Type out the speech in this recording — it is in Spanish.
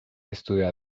estudia